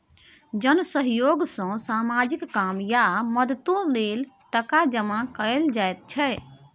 जन सहयोग सँ सामाजिक काम या मदतो लेल टका जमा कएल जाइ छै